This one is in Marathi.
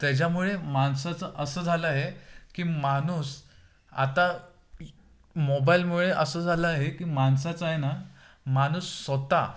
त्याच्यामुळे माणसाचं असं झालं आहे की माणूस आता मोबाईलमुळे असं झालं आहे की माणसाचं आहे ना माणूस स्वतः